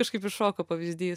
kažkaip iššoko pavyzdys